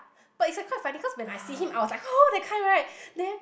but it's a quite funny cause when I see him I was like oh that kind right then